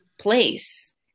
Place